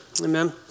amen